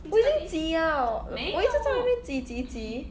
我已经挤 liao 我一直在那边挤挤挤